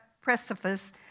precipice